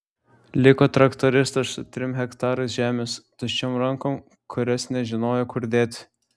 liko traktoristas su trim hektarais žemės tuščiom rankom kurias nežinojo kur dėti